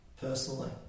personally